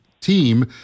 team